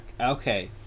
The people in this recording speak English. Okay